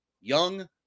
Young